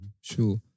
Sure